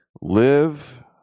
live